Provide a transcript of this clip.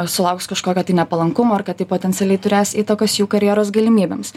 sulauks kažkokio tai nepalankumo ir kad tai potencialiai turės įtakos jų karjeros galimybėms